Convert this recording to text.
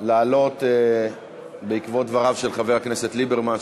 לעלות בעקבות דבריו של חבר הכנסת ליברמן,